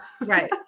Right